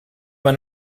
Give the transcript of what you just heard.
mijn